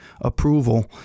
approval